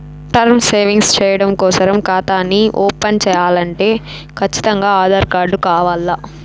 term savings చెయ్యడం కోసరం కాతాని ఓపన్ చేయాలంటే కచ్చితంగా ఆధార్ కార్డు కావాల్ల